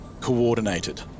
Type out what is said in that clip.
coordinated